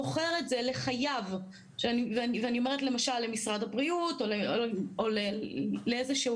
מוכר את זה לחייב ואני אומרת למשל: למשרד הבריאות או לאיזה שהוא